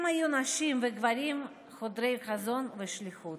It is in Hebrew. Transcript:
הם היו נשים וגברים חדורי חזון ושליחות,